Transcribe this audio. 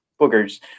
boogers